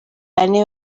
bane